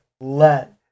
let